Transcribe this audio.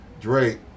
Drake